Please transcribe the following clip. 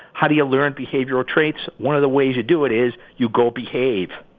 how do you learn behavioral traits? one of the ways you do it is you go behave.